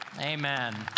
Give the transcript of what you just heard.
Amen